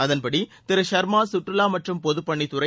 அதன்படி திரு ஷர்மா கற்றுலா மற்றும் பொதுப்பணித்துறை